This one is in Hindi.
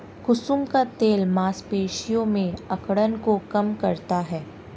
कुसुम का तेल मांसपेशियों में अकड़न को कम करता है